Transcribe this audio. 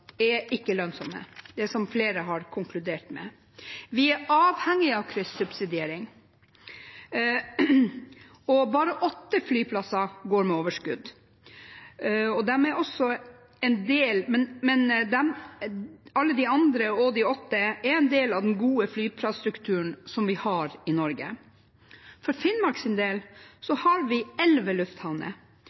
anbudsrunde. Ikke alle våre flyplasser er lønnsomme, som flere har konkludert med. Vi er avhengig av kryssubsidiering. Bare åtte flyplasser går med overskudd, men alle de andre – og de åtte – er en del av den gode flyplasstrukturen som vi har i Norge. For Finnmarks del har vi elleve lufthavner,